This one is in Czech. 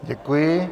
Děkuji.